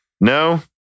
No